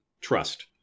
trust